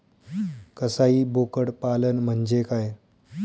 कसाई बोकड पालन म्हणजे काय?